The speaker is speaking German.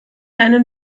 einem